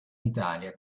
italia